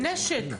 זה נשק.